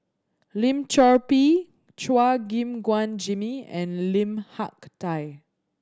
Lim Chor Pee Chua Gim Guan Jimmy and Lim Hak Tai